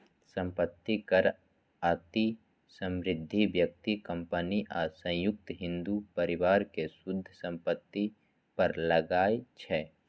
संपत्ति कर अति समृद्ध व्यक्ति, कंपनी आ संयुक्त हिंदू परिवार के शुद्ध संपत्ति पर लागै छै